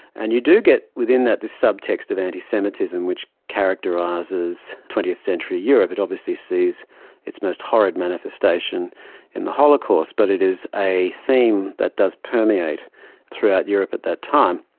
and you do get within that this sub-text of anti-semitism which characterises twentieth century europe. it obviously sees its most horrid manifestation in the holocaust. but it is a theme that does permeate throughout europe at that time.